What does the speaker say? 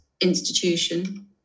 institution